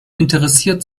interessiert